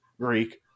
Greek